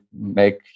make